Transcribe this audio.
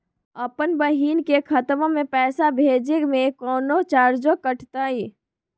अपन बहिन के खतवा में पैसा भेजे में कौनो चार्जो कटतई?